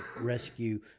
rescue